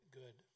good